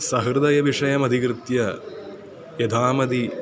सहृदयविषयमधिकृत्य यथा मतिः